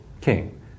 king